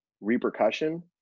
repercussion